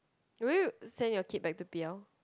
will you send your kid back to P_L